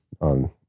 on